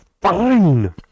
fine